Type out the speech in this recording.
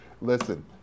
Listen